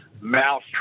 mouse